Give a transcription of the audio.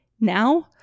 now